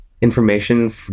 information